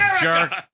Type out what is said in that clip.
jerk